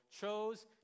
chose